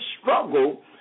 struggle